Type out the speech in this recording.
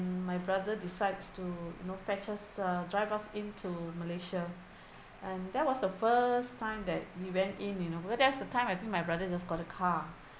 mm my brother decides to you know fetch us uh drive us into malaysia and that was the first time that we went in you know because that was the time I think my brother just got a car